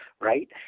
right